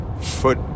Foot